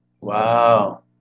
Wow